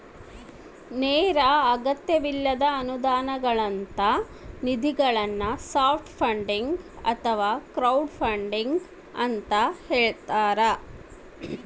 ನೇರ ಅಗತ್ಯವಿಲ್ಲದ ಅನುದಾನಗಳಂತ ನಿಧಿಗಳನ್ನು ಸಾಫ್ಟ್ ಫಂಡಿಂಗ್ ಅಥವಾ ಕ್ರೌಡ್ಫಂಡಿಂಗ ಅಂತ ಹೇಳ್ತಾರ